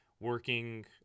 working